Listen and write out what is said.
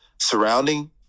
surrounding